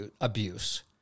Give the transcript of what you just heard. abuse